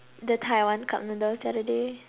the Taiwan cup noodles the other day